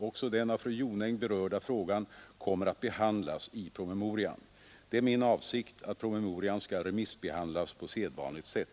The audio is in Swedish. Också den av fru Jonäng berörda frågan kommer att behandlas i promemorian. Det är min avsikt att promemorian skall remissbehandlas på sedvanligt sätt.